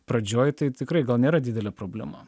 pradžioj tai tikrai gal nėra didelė problema